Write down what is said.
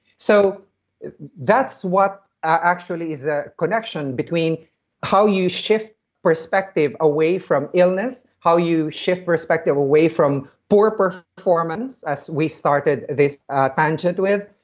so that's what actually is ah connection between how you shift perspective away from illness, how you shift perspective away from poor poor performance as we started this time and shift with,